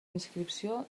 inscripció